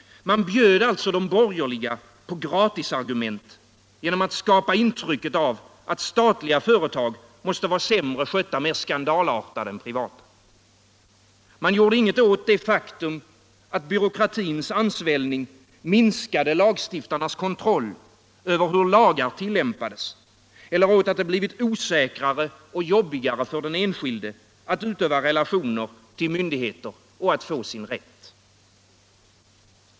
Man bjöd alltså de borgerliga på gratisargument genom att skapa intrycket att statliga företag måste vara sämre skötta och mer skandalartade än privata. Man gjorde ingenting åt det faktum att byråkratins ansvällning minskade lagstiftarnas kontroll över hur lagar tillämpades eller åt att det blivit osäkrare och jobbigare för den enskilde att utöva relationer till myndigheter och att få sin rätt.